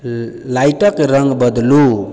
लाइटके रङ्ग बदलू